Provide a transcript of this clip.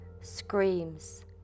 Screams